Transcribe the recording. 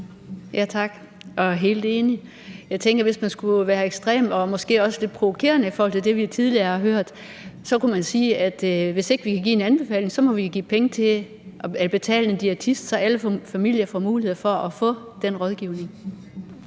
og jeg er helt enig. Jeg tænker, at hvis man skulle være ekstrem og måske også lidt provokerende i forhold til det, vi tidligere har hørt, så kunne man sige, at hvis ikke vi kan give en anbefaling, så må vi give penge til at betale en diætist, så alle familier får mulighed for at få den rådgivning.